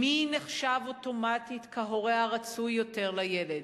מי נחשב אוטומטית כהורה הרצוי יותר לילד,